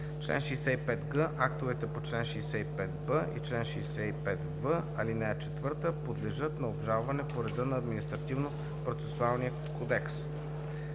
Чл. 65г. Актовете по чл. 65б и чл. 65в, ал. 4 подлежат на обжалване по реда на Административнопроцесуалния кодекс.